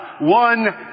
one